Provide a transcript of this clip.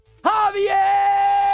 Javier